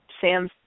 Sam